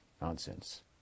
nonsense